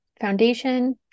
Foundation